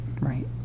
right